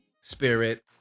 spirit